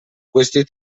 questi